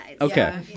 Okay